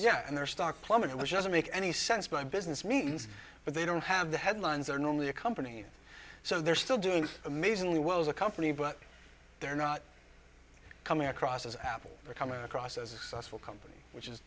yeah and their stock plummeted which doesn't make any sense my business means but they don't have the headlines are normally a company so they're still doing amazingly well as a company but they're not coming across as apple we're coming across as a successful company which is